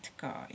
guy